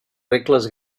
regles